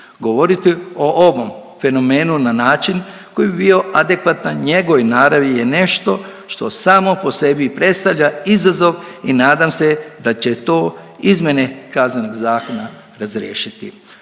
Govoriti o ovom fenomenu na način koji bi bio adekvatan njegovoj naravi je nešto što samo po sebi predstavlja izazov i nadam se da će to izmjene Kaznenog zakona razriješiti.